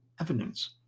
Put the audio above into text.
evidence